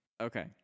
Okay